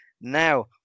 Now